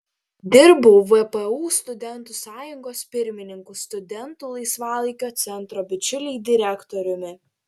dirbau vpu studentų sąjungos pirmininku studentų laisvalaikio centro bičiuliai direktoriumi